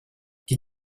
die